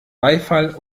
beifall